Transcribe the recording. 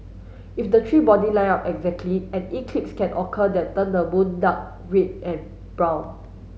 if the three body line up exactly an eclipse can occur that turn the moon dark red and brown